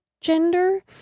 gender